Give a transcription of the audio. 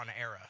era